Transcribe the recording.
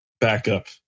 backup